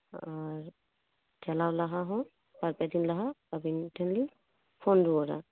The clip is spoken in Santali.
ᱟᱨ ᱪᱟᱞᱟᱣ ᱞᱟᱦᱟ ᱦᱚᱸ ᱵᱟᱨ ᱯᱮ ᱫᱤᱱ ᱞᱟᱦᱟ ᱟᱵᱮᱱ ᱴᱷᱮᱱᱞᱤᱧ ᱯᱷᱳᱱ ᱨᱩᱣᱟᱹᱲᱟ